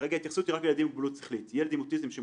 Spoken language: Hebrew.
ילדים עם מוגבלות שכלית התפתחותית.